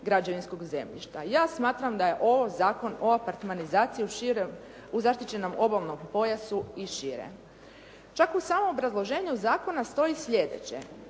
građevinskog zemljišta. Ja smatram da je ovo Zakon o apartmanizaciji u zaštićenom obalnom pojasu i šire. Čak u samom obrazloženju zakona stoji sljedeće,